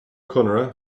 conaire